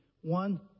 one